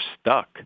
stuck